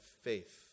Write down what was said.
faith